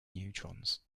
neutrons